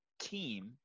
team